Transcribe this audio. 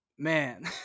man